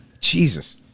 Jesus